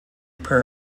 per